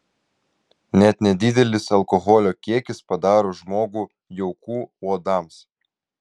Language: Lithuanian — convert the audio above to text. net nedidelis alkoholio kiekis padaro žmogų jauku uodams